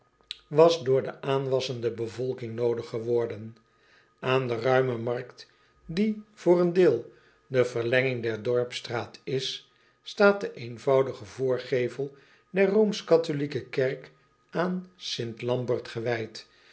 was door de aanwassende bevolking noodig geworden an de ruime markt die voor een deel de verlenging der dorpsstraat is staat de eenvoudige voorgevel der kerk aan t ambert gewijd